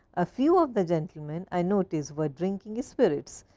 a few of the gentleman i noticed were drinking spirits,